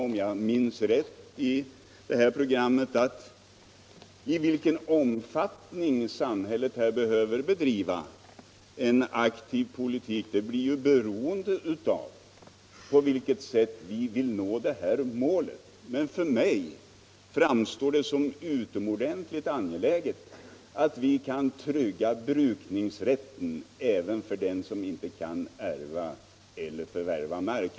Om jag minns rätt sade jag i detta radioprogram att i vilken omfattning samhället behöver bedriva en aktiv markpolitik blir beroende av på vilket sätt vi vill nå detta mål. Det framstod för mig som utomordentligt angeläget att trygga brukningsrätten även för dem som inte kan ärva eller förvärva mark.